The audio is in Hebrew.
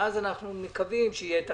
שאז אנחנו מקווים שיהיה החיסון.